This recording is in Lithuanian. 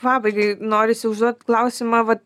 pabaigai norisi užduoti klausimą vat